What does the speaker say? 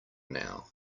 now